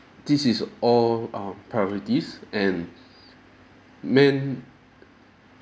this is all our priorities and man